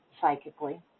psychically